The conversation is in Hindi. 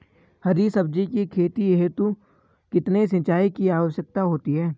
हरी सब्जी की खेती हेतु कितने सिंचाई की आवश्यकता होती है?